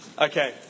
Okay